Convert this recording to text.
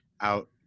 out